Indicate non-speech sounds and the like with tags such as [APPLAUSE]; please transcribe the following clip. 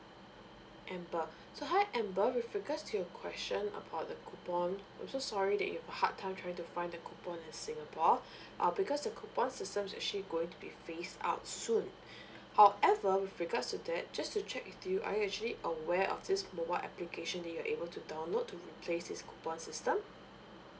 amber so hi amber with regards to your question about the coupon I'm so sorry that you've hard time trying to find the coupon in singapore [BREATH] uh because the coupon systems actually going to be phased out soon [BREATH] however with regards to that just to check with you are you actually aware of this mobile application that you're able to download to replace this coupon system